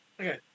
Okay